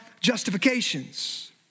Justifications